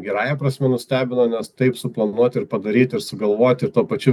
gerąja prasme nustebino nes taip suplanuoti ir padaryti ir sugalvoti ir tuo pačiu